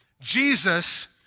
Jesus